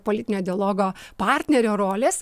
politinio dialogo partnerio rolės